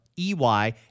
e-y